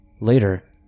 Later